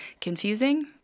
confusing